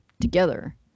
together